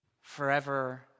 forever